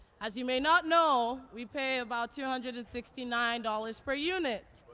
as you may not know, we pay about two hundred and sixty nine dollars per unit,